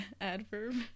Adverb